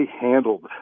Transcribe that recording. handled